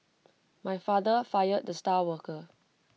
my father fired the star worker